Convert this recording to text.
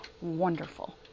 wonderful